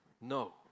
No